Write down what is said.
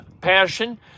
passion